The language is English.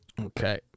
Okay